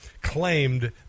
claimed